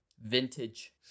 Vintage